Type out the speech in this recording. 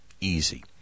Easy